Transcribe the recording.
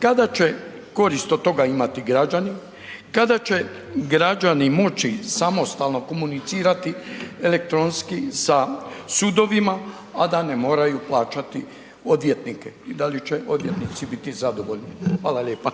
kada će korist od toga imati građani, kada će građani moći samostalno komunicirati elektronski sa sudovima, a da ne moraju plaćati odvjetnike i da li će odvjetnici biti zadovoljni? Hvala lijepa.